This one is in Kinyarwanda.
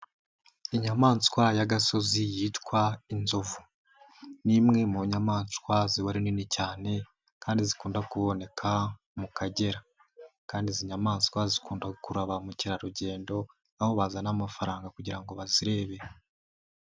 Inyamaswa y'agasozi yitwa inzovu. Ni imwe mu nyamaswa ziba ari nini cyane kandi zikunda kuboneka mu Kagera kandi izi nyamaswa zikunda kurara ba mukerarugendo, aho bazana amafaranga kugira ngo bazirebe.